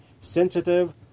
Sensitive